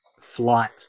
flight